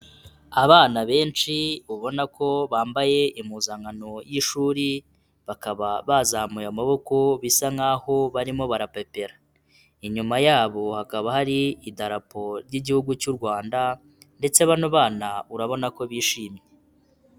Abana benshi ubona ko bambaye impuzankano y'ishuri bakaba bazamuye amaboko bisa nk'abarimo barapepera inyuma yabo hakaba hari idarapo ry'igihugu cy'u Rwanda ndetse bano bana urabona ko bishimye.